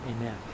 amen